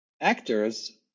actors